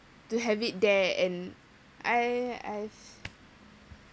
to have it there and I I f~